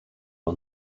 are